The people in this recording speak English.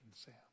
Sam